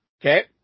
Okay